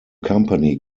company